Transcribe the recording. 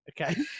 okay